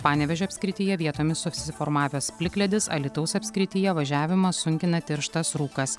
panevėžio apskrityje vietomis susiformavęs plikledis alytaus apskrityje važiavimą sunkina tirštas rūkas